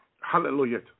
Hallelujah